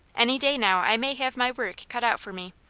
any day now i may have my work cut out for me.